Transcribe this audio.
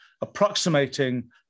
approximating